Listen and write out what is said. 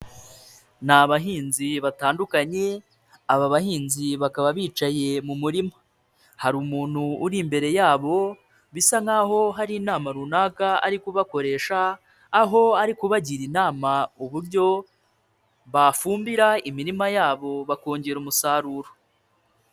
Ni abahinzi batandukanye aba bahinzi bakaba bicaye mu murima, hari umuntu uri imbere yabo bisa nkaho hari inama runaka ari kubakoresha aho ari kubagira inama uburyo bafumbira imirima yabo bakongera umusaruro.